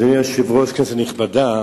אדוני היושב-ראש, כנסת נכבדה,